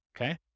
Okay